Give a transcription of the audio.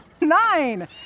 Nine